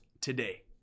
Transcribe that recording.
today